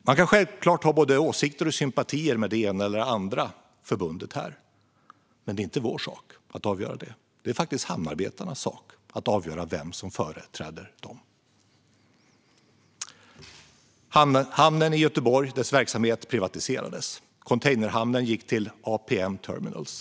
Man kan självklart ha både åsikter och sympatier för det ena eller andra förbundet, men det är inte vår sak här att avgöra det. Det är faktiskt hamnarbetarnas sak att avgöra vem som ska företräda dem. Verksamheten i hamnen i Göteborg privatiserades. Containerhamnen gick till APM Terminals.